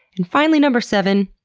and finally, number seven,